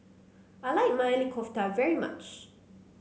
I like Maili Kofta very much